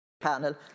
Panel